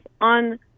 on